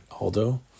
Aldo